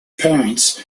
parents